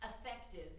effective